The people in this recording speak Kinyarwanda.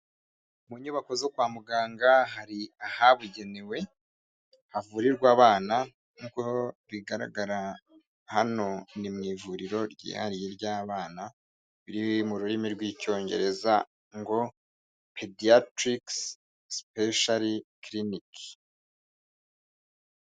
Mu nyubako zo kwa muganga hari ahabugenewe, havurirwa abana nk'uko bigaragara hano ni mu ivuriro ryihariye ry'abana riri mu rurimi rw'icyongereza ngo:"Pediatrics specially clinic."